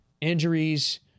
injuries